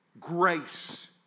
grace